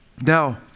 now